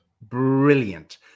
brilliant